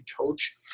coach